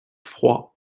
froids